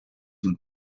and